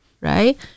right